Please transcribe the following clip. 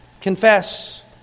confess